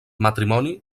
matrimoni